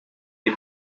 les